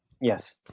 Yes